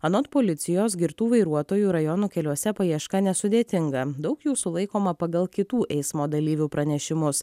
anot policijos girtų vairuotojų rajonų keliuose paieška nesudėtinga daug jų sulaikoma pagal kitų eismo dalyvių pranešimus